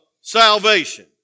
salvation